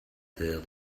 there